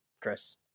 Chris